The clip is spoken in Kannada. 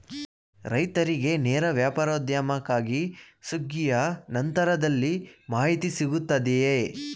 ರೈತರಿಗೆ ನೇರ ವ್ಯಾಪಾರೋದ್ಯಮಕ್ಕಾಗಿ ಸುಗ್ಗಿಯ ನಂತರದಲ್ಲಿ ಮಾಹಿತಿ ಸಿಗುತ್ತದೆಯೇ?